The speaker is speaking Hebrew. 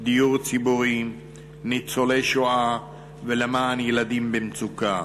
דיור ציבורי, ניצולי השואה וילדים במצוקה.